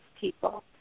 people